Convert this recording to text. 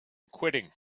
quitting